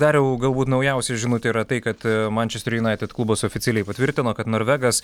dariau galbūt naujausia žinutė yra tai kad mančester junaitid klubas oficialiai patvirtino kad norvegas